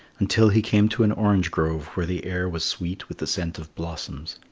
until he came to an orange grove where the air was sweet with the scent of blossoms.